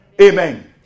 Amen